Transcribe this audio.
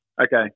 Okay